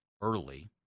early